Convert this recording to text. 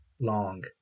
long